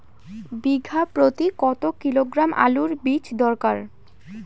বিঘা প্রতি কত কিলোগ্রাম আলুর বীজ দরকার?